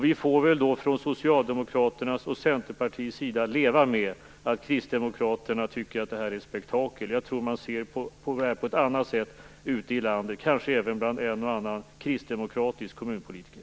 Vi får väl från Socialdemokraternas och Centerpartiets sida leva med att Kristdemokraterna tycker att det här är ett spektakel. Jag tror att man ser på detta på ett annat sätt ute i landet, kanske även bland en och annan kristdemokratisk kommunpolitiker.